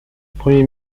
premier